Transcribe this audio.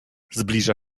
zbliża